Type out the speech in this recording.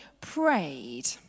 prayed